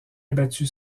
abattu